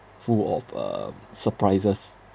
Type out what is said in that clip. full of um surprises